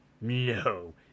No